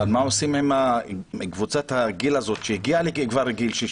אבל מה עושים עם קבוצת הגיל הזאת שהגיעה כבר לגיל 62?